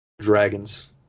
Dragons